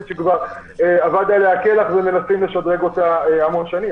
מיושנת שעבד עליה הקלח ומנסים לשדרג אותה המון שנים.